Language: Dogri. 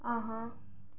हां